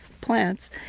plants